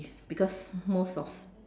because most of